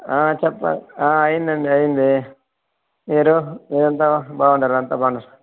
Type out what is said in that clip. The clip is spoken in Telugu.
చెప్పాలి అయిందండి అయ్యింది మీరు మీరు అంతా బాగున్నారా అంతా బాగున్నారా